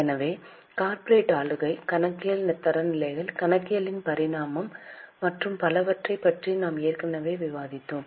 எனவே கார்ப்பரேட் ஆளுகை கணக்கியல் தரநிலைகள் கணக்கியலின் பரிணாமம் மற்றும் பலவற்றைப் பற்றி நாம் ஏற்கனவே விவாதித்தோம்